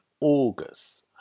August